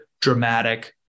dramatic